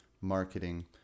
marketing